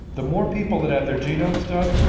the more people that have their genomes done,